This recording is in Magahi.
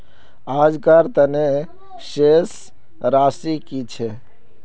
आजकार तने शेष राशि कि छे?